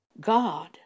God